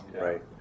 right